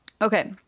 okay